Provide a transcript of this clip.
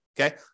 okay